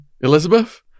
Elizabeth